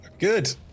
Good